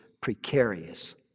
precarious